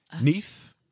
Neath